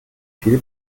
viel